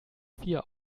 vier